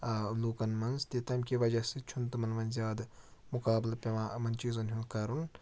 لوٗکَن منٛز تہِ تَمہِ کہِ وجہ سۭتۍ چھُنہٕ تِمَن وۄنۍ زیادٕ مُقابلہٕ پٮ۪وان یِمَن چیٖزَن ہُنٛد کَرُن